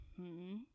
-hmm